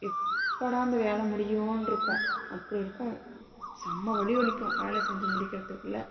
எப்படா இந்த வேலை முடியும்னு இருக்கும் அப்படி இருக்கும் செம்ம வலி வலிக்கும் வேலை செஞ்சு முடிக்கிறதுக்குள்ள